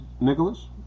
Nicholas